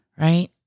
right